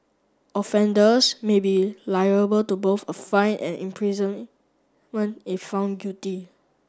offenders may be liable to both a fine and imprisonment if found guilty